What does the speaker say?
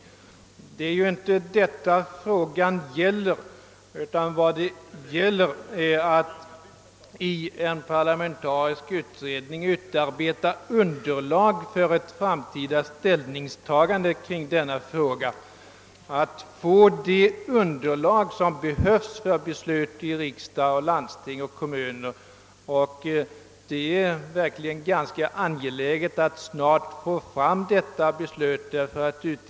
Men det är ju inte detta fråga gäller, utan vad det gäller är att i en parlamentarisk utredning utarbeta underlag för ett framtida ställningstagande i denna fråga, alltså att åstadkomma det underlag som behövs för beslut i riksdag, landsting och kommuner. Det är verkligen angeläget att detta beslut kan fattas snart.